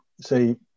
say